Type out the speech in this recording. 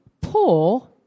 poor